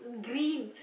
green